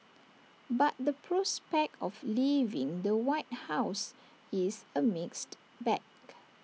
but the prospect of leaving the white house is A mixed bag